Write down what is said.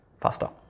faster